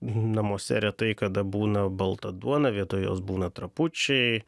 namuose retai kada būna balta duona vietoj jos būna trapučiai